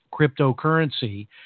cryptocurrency